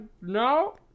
no